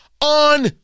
on